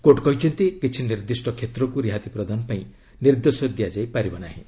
court କହିଛନ୍ତି କିଛି ନିର୍ଦ୍ଦିଷ୍ଟ କ୍ଷେତ୍ରକୁ ରିହାତି ପ୍ରଦାନ ପାଇଁ ନିର୍ଦ୍ଦେଶ ଦିଆଯାଇ ପାରିବ ନାହିଁ